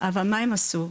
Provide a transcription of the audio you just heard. אבל מה הם עשו,